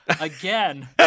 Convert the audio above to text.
again